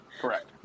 Correct